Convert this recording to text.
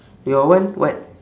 your one what